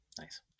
Nice